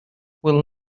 will